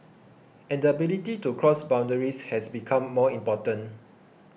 and the ability to cross boundaries has become more important